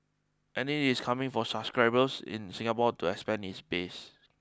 and it is coming for subscribers in Singapore to expand its base